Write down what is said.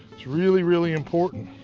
it's really, really important.